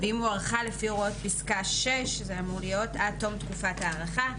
ואם הוארכה לפי הוראות פסקה (6) עד תום תקופת ההארכה.